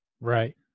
Right